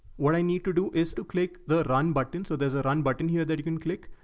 what i need to do is to click the run button. so there's a run button here that you can click.